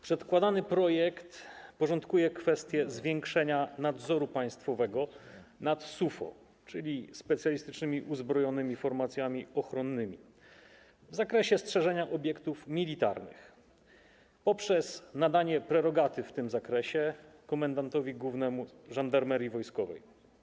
Przedkładany projekt porządkuje kwestię zwiększenia nadzoru państwowego nad SUFO, czyli specjalistycznymi uzbrojonymi formacjami ochronnymi w zakresie strzeżenia obiektów militarnych poprzez nadanie prerogatyw w tym zakresie komendantowi głównemu Żandarmerii Wojskowej.